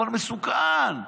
אבל מסוכן,